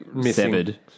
Severed